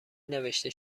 نوشته